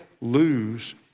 lose